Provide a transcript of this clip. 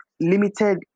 limited